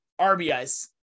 RBIs